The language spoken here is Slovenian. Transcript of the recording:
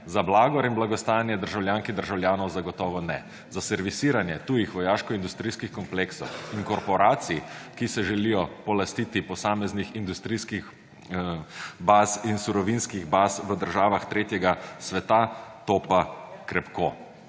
Za blagor in blagostanje državljank in državljanov zagotovo ne. Za servisiranje tujih vojaškoindustrijskih kompleksov in korporacij, ki se želijo polastiti posameznih surovinskih baz v državah tretjega sveta, to pa krepko.